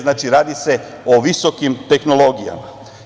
Znači, radi se o visokim tehnologijama.